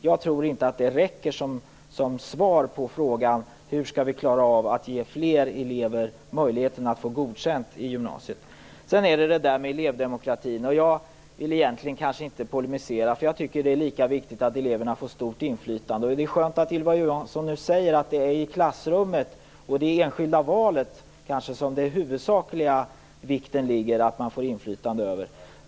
Jag tror inte att det Ylva Johansson säger räcker som svar på frågan om hur vi skall klara av att ge fler elever möjligheten att få godkänt i gymnasiet. Sedan är det elevdemokratin. Jag vill egentligen inte polemisera, för jag tycker att det är lika viktigt att eleverna får stort inflytande. Det är skönt att Ylva Johansson nu säger att det är viktigast att eleverna får inflytande över klassrummet och det enskilda valet.